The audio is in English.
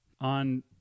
On